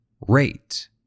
rate